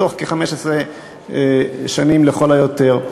בתוך כ-15 שנים לכל היותר.